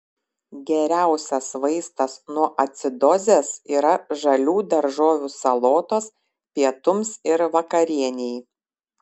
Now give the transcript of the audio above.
geriausias vaistas nuo acidozės yra žalių daržovių salotos pietums ir vakarienei